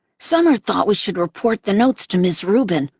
summer thought we should report the notes to ms. rubin,